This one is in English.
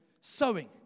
Sowing